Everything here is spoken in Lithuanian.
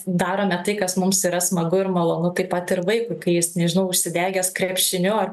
darome tai kas mums yra smagu ir malonu taip pat ir vaikui kai jis nežinau užsidegęs krepšiniu ar